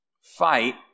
fight